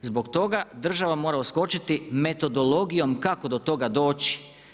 Zbog toga država mora uskočiti metodologijom kako do toga doći.